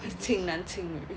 亲男亲女